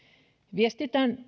viestinnän